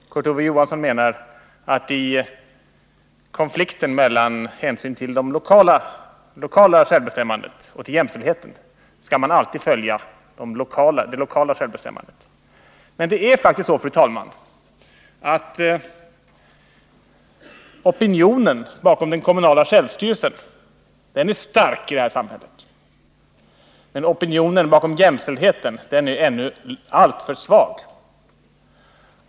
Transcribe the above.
Kurt Ove Johansson menar att i konflikten mellan det lokala självbestämmandet och jämställdheten skall man alltid sätta det lokala självbestämmandet först. Men det är faktiskt så, fru talman, att opinionen bakom den kommunala självstyrelsen är stark i det här samhället, medan opinionen bakom jämställdheten ännu är alltför svag.